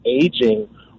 aging